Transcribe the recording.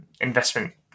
investment